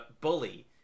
bully